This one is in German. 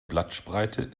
blattspreite